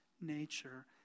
nature